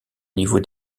niveau